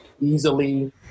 easily